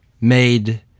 made